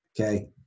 okay